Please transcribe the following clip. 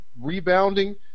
rebounding